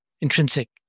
intrinsic